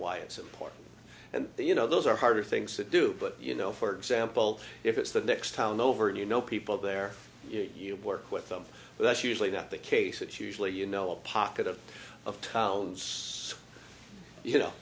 why it's important and you know those are hard things to do but you know for example if it's the next town over and you know people there you work with them but that's usually not the case it's usually you know a pocket of of towns so you know